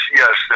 yes